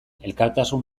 elkartasun